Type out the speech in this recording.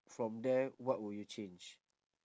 from there what will you change